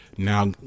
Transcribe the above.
now